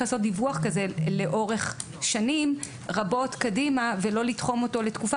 לעשות דיווח כזה לאורך שנים רבות קדימה ולא לתחום אותו לתקופה,